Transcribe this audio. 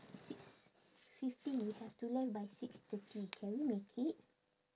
six fifteen we have to left by six thirty can we make it